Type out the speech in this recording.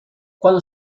cuando